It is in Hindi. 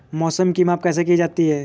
मौसम की माप कैसे की जाती है?